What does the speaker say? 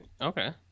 Okay